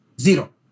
zero